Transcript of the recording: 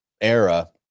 era